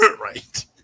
Right